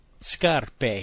scarpe